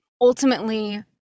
ultimately